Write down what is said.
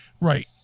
right